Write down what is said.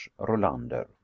Rolander